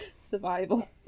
Survival